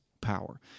power